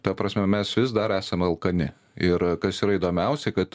ta prasme mes vis dar esame alkani ir kas yra įdomiausia kad